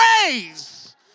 praise